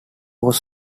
was